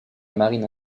marine